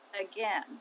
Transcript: again